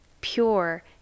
pure